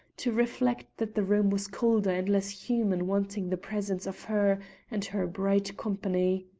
to reflect that the room was colder and less human wanting the presence of her and her bright company.